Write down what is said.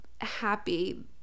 happy